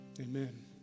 Amen